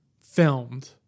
filmed